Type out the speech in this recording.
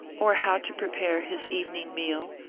or how to prepare his evening meal,